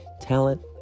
talent